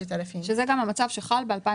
3,000 שזה גם המצב שחל ב-2021?